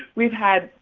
we've had.